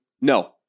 No